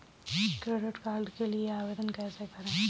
Credit card के लिए आवेदन कैसे करें?